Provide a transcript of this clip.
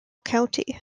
county